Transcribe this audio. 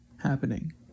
happening